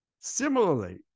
Similarly